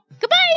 Goodbye